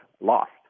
lost